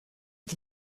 the